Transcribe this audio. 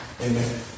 Amen